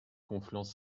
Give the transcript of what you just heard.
conflans